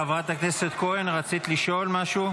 שבת שלום.